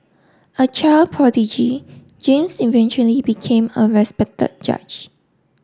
a child prodigy James eventually became a respected judge